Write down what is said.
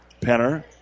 Penner